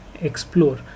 Explore